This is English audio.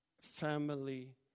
family